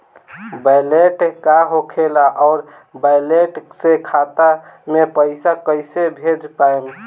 Wallet का होखेला और वैलेट से खाता मे पईसा कइसे भेज पाएम?